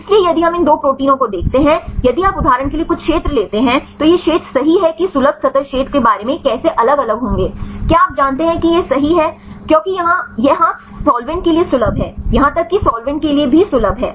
इसलिए यदि हम इन 2 प्रोटीनों को देखते हैं यदि आप उदाहरण के लिए कुछ क्षेत्र लेते हैं तो यह क्षेत्र सही है कि सुलभ सतह क्षेत्र के बारे में कैसे अलग अलग होंगे क्या आप जानते हैं कि यह सही है क्योंकि यह यहाँ साल्वेंट के लिए सुलभ है यहाँ तक कि साल्वेंट के लिए भी सुलभ है